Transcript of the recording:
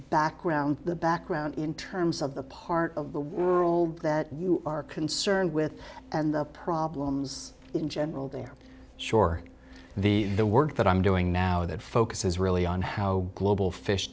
background the background in terms of the part of the old that you are concerned with and the problems in general there shore the the work that i'm doing now that focuses really on how global fish